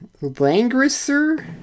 langrisser